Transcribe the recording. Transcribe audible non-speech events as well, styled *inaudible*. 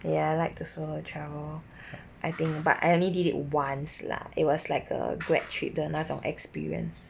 ya I like to solo travel *breath* I think *noise* but I only did it once lah it was like a grad trip 的那种 experience